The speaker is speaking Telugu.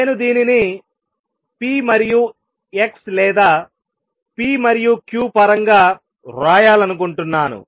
నేను దీనిని p మరియు x లేదా p మరియు q పరంగా వ్రాయాలనుకుంటున్నాను